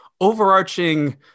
overarching